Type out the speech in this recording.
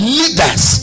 leaders